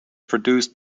produced